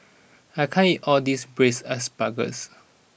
I can't eat all this Braised Asparagus